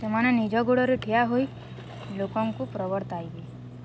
ସେମାନେ ନିଜ ଗୋଡ଼ରେ ଠିଆ ହୋଇ ଲୋକଙ୍କୁ ପ୍ରବର୍ତ୍ତାଇବେ